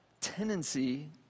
tendency